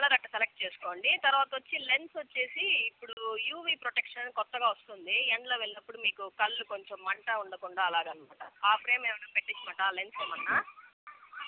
colour ఒకటి select చేసుకోండి తర్వాత వచ్చి లెన్స్ వచ్చేసి ఇప్పుడు యూవి ప్రొటెక్షన్ అని కొత్తగా వస్తుంది ఎండలో వెళ్ళినప్పుడు మీకు కళ్ళు కొంచం మంట ఉండకుండా అలాగనిమాట ఆ ఫ్రేమ్ ఏమన్నా పెట్టించమంటారా ఆ లెన్స్ ఏమన్నా